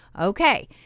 Okay